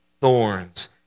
thorns